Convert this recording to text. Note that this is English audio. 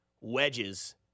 wedges